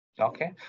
Okay